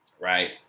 right